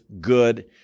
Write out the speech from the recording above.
good